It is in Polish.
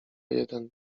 jeden